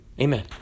Amen